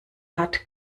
hat